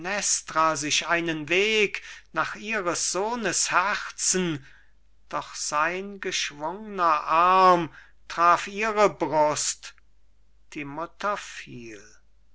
sich einen weg nach ihres sohnes herzen doch sein geschwungner arm traf ihre brust die mutter fiel